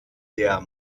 der